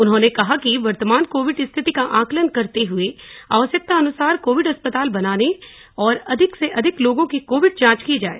उन्होंने कहा कि वर्तमान कोविड स्थिति का आंकलन करते हुए अवश्यकतानुसार कोविड अस्पताल बनाने और अधिक से अधिक लोगों की कोविड जांच की जाये